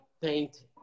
paint